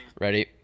Ready